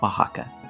Oaxaca